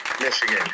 Michigan